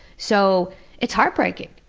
so it's heartbreaking,